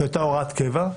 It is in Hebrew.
זו הייתה הוראת קבע,